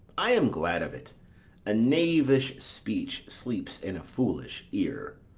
i am glad of it a knavish speech sleeps in a foolish ear.